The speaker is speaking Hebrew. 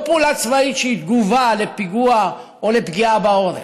לא פעולה צבאית שהיא תגובה לפיגוע או לפגיעה בעורף,